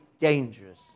dangerous